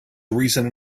recent